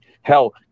Hell